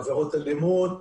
עבירות אלימות,